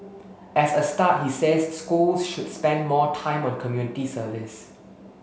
as a start he says schools should spend more time on community service